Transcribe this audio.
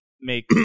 make